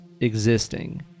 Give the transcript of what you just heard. existing